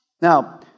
Now